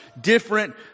different